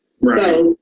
Right